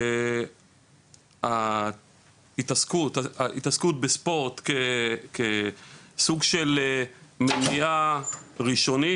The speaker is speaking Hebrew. ההתעסקות בספורט כסוג של מניעה ראשונית,